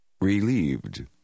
Relieved